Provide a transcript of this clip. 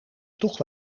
toch